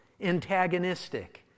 antagonistic